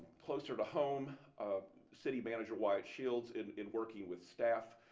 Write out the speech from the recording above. closer to home of city manager wyatt shields in in working with staff